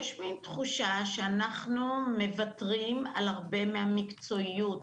יש מין תחושה שאנחנו מוותרים על הרבה מהמקצועיות.